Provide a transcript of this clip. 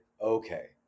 okay